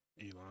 Elon